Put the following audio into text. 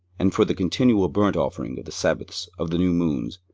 and for the continual burnt offering, of the sabbaths, of the new moons,